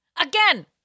again